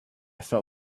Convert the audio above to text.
felt